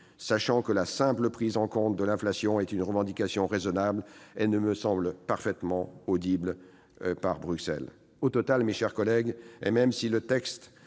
sachant que la simple prise en compte de l'inflation est une revendication raisonnable et, me semble-t-il, parfaitement audible par Bruxelles. Au total, mes chers collègues, même si le texte